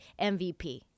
MVP